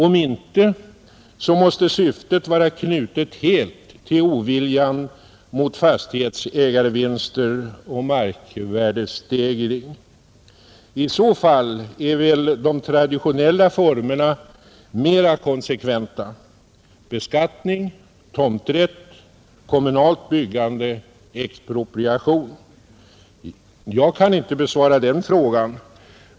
Om inte, så måste syftet vara knutet helt till oviljan mot fastighetsägarvinster och markvärdestegring. I så fall är väl de traditionella formerna mer konsekventa: beskattning, tomträtt, kommunalt byggande, expropriation. Jag kan inte besvara den frågan.